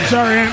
Sorry